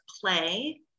play